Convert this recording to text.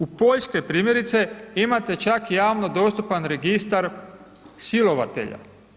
U Poljskoj primjerice imate čak javno dostupan registar silovatelja.